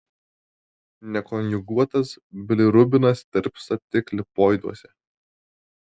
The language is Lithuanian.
nekonjuguotas bilirubinas tirpsta tik lipoiduose